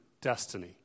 destiny